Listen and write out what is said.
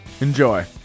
Enjoy